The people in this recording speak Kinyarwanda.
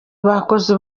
bakoze